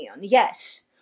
yes